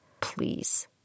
Please